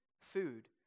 food